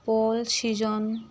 Paul season